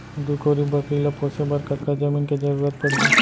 दू कोरी बकरी ला पोसे बर कतका जमीन के जरूरत पढही?